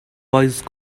voice